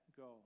go